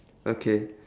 okay